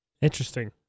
Interesting